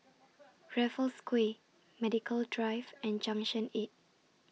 Raffles Quay Medical Drive and Junction eight